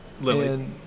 Lily